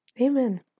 Amen